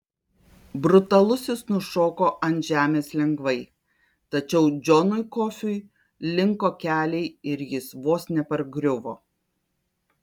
brutalusis nušoko ant žemės lengvai tačiau džonui kofiui linko keliai ir jis vos nepargriuvo